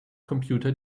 computer